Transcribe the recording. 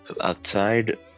Outside